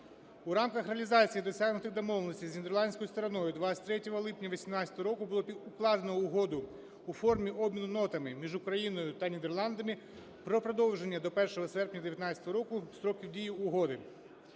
У рамках реалізації досягнутих домовленостей з нідерландською стороною 23 липня 18-го року було укладено Угоду (у формі обміну нотами) між Україною та Нідерландами про продовження до 1 серпня 19-гороку строку дії угоди.